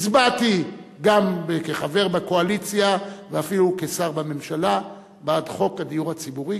הצבעתי גם כחבר בקואליציה ואפילו כשר בממשלה בעד חוק הדיור הציבורי,